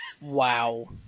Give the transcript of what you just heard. Wow